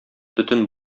төтен